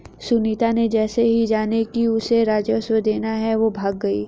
सुनीता ने जैसे ही जाना कि उसे राजस्व देना है वो भाग गई